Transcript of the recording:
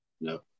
No